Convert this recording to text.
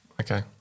Okay